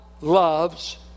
loves